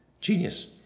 Genius